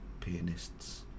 pianists